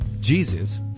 Jesus